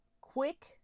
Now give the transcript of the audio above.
quick